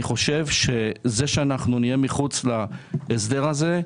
חושב שזה שאנחנו נהיה מחוץ להסדר הזה,